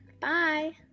Bye